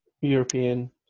European